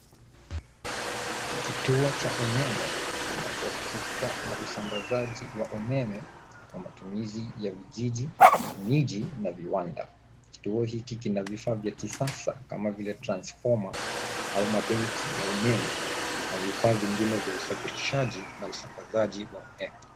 Kituo cha umeme kinachohusika na usambazaji wa umeme kwa matumizi ya vijiji, miji na viwanda. Kituo hiki kina vifaa vya kisasa kama vile transformer au mabenki ya umeme, na vifaa vingine vya usafirishaji na usambazaji wa umeme.